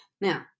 Now